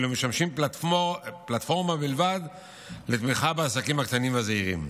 אלו משמשים פלטפורמה בלבד לתמיכה בעסקים הקטנים והזעירים.